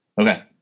Okay